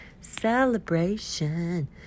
celebration